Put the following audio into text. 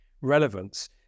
relevance